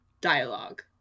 dialogue